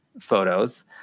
photos